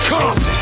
Come